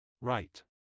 Right